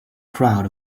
crowd